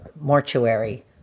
mortuary